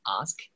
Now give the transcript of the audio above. ask